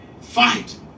fight